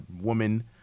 woman